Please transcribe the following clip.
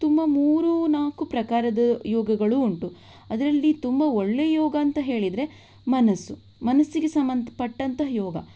ತುಂಬ ಮೂರು ನಾಲ್ಕು ಪ್ರಕಾರದ ಯೋಗಗಳೂ ಉಂಟು ಅದರಲ್ಲಿ ತುಂಬ ಒಳ್ಳೆಯ ಯೋಗ ಅಂತ ಹೇಳಿದರೆ ಮನಸ್ಸು ಮನಸ್ಸಿಗೆ ಸಂಬಂಧಪಟ್ಟಂಥ ಯೋಗ